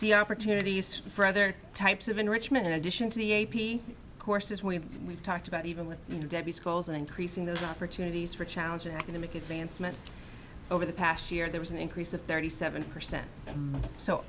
the opportunities for other types of enrichment in addition to the a p courses we talked about even with debbie schools and increasing the opportunities for challenging economic advancement over the past year there was an increase of thirty seven percent so